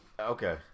Okay